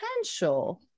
potential